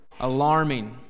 alarming